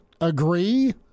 Agree